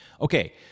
Okay